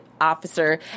officer